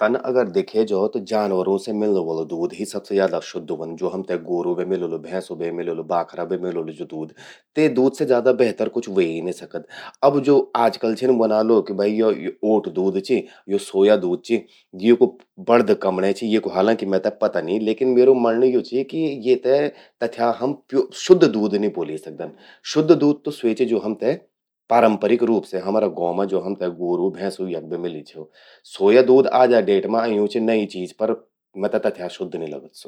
तन अगर द्येख्ये जौ, त जानवरूं से मिल्लं वलु दूध ही सबसे ज्यादा शुद्ध ह्वोंद। ज्वो ग्वोरू भे मिलोलू, भैंसु भे मिलोलु, बाखरा भे मिलोलु ज्वो दूध, ते दूध से ज्यादा बेहतर कुछ ह्वे कही निं सकद। अब ज्वो आजकल छिन ब्वना लोग कि भई यो ओट दूध चि, यो सोया दूध चि, येकू बंणद कमण्यें चि, हालांकि मेते पता नी लेकिन म्यू मण्णं यो चि कि येते तथ्या हम शुद्ध दूध निं ब्वोलि सकदन। शुद्ध दूध त स्वो चि ज्वो हमते पारंपरिक रूप से हमरा गौं मां ज्वो हमते ग्वोरू, भैंसु यख बे मिल्द छो। सोया दूध आजा डेट मां अयूं चि नई चीज पर मेते तथ्या शुद्ध नि लगद स्वो।